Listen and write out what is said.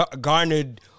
garnered